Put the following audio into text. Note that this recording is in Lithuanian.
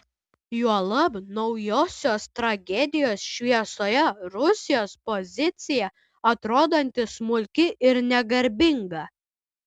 juolab naujosios tragedijos šviesoje rusijos pozicija atrodanti smulki ir negarbinga